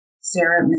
Sarah